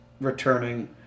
returning